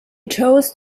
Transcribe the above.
chose